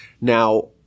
Now